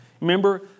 Remember